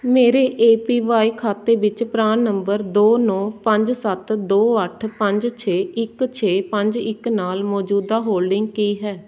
ਮੇਰੇ A P Y ਖਾਤੇ ਵਿੱਚ ਪਰਾਨ ਨੰਬਰ ਦੋ ਨੋ ਪੰਜ ਸੱਤ ਦੋ ਅੱਠ ਪੰਜ ਛੇ ਇੱਕ ਛੇ ਪੰਜ ਇੱਕ ਨਾਲ ਮੌਜੂਦਾ ਹੋਲਡਿੰਗ ਕੀ ਹੈ